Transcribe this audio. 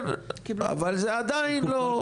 כן אבל זה עדיין לא.